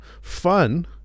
Fun